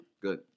Good